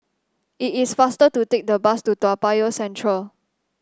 it is faster to take the bus to Toa Payoh Central